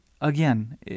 Again